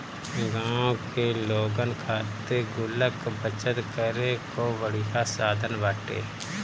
गांव के लोगन खातिर गुल्लक बचत करे कअ बढ़िया साधन बाटे